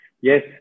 Yes